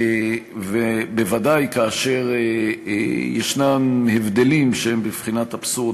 ובוודאי כאשר יש הבדלים שהם בבחינת אבסורד,